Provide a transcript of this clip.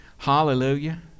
Hallelujah